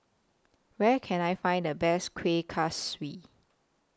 Where Can I Find The Best Kuih Kaswi